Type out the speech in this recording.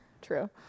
True